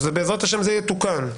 בעזרת השם זה יתוקן.